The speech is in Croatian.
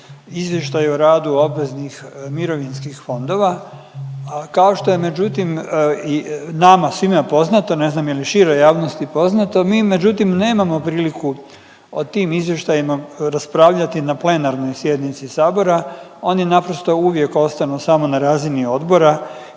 izvještaj o radu obveznih mirovinskih fondova, a kao što je međutim i nama svima poznato, ne znam je li široj javnosti poznato, mi međutim nemamo priliku o tim izvještajima raspravljati na plenarnoj sjednici Sabora, oni naprosto uvijek ostanu samo na razini odbora i